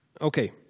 Okay